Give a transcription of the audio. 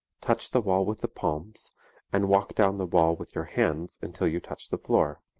touch the wall with the palms and walk down the wall with your hands until you touch the floor.